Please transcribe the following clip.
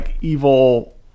evil